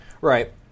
Right